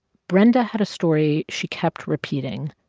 brenda had a story she kept repeating.